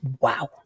wow